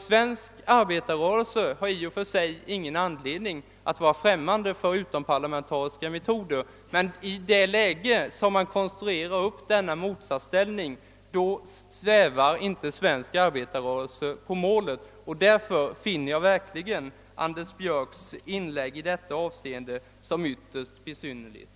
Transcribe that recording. Svensk arbetarrörelse har i och för sig ingen anledning att stå främmande för utomparlamentariska metoder, men när man konstruerar upp en motsatsställning till de politiska partierna svävar inte svensk arbetarrörelse på målet. Därför finner jag verkligen herr Anders Björcks inlägg i detta avseende vara ytterst besynnerligt.